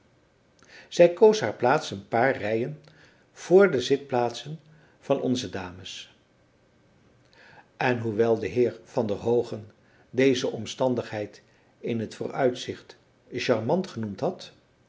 zij koos haar plaats een paar rijen vr de zitplaatsen van onze dames en hoewel de heer van der hoogen deze omstandigheid in t vooruitzicht charmant genoemd had